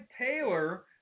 Taylor